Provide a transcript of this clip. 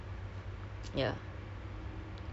ah dah burn ah tak payah lah